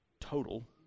total